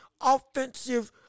offensive